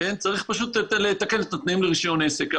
צריך פשוט לתקן את התנאים לרישיון עסק.